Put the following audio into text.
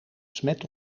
smet